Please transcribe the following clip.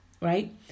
right